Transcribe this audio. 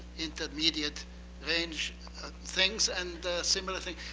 intermediate arrange things and similar thing.